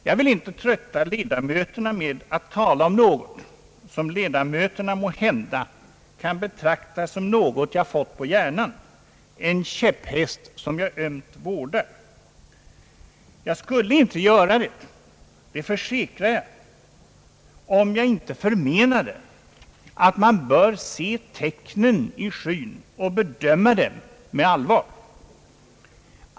Jag vill inte trötta kammarens ledamöter med att tala om något som de måhända kan betrakta som något jag fått på hjärnan, en käpphäst som jag ömt vårdar. Jag skulle inte göra det, det försäkrar jag, om jag inte menade att man bör se tecknen i skyn och bedöma dem med allvar.